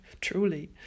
truly